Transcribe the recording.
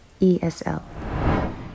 ESL